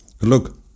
Look